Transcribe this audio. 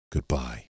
Goodbye